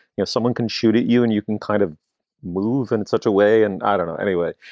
you know, someone can shoot at you and you can kind of move and in such a way. and i don't know anyway,